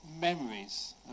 memories